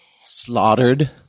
slaughtered